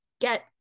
get